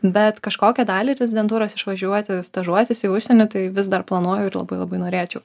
bet kažkokią dalį rezidentūros išvažiuoti stažuotis į užsienį tai vis dar planuoju ir labai labai norėčiau